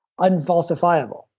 unfalsifiable